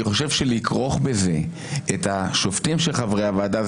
אני חושב שלכרוך בזה את השופטים שהם חברי הוועדה,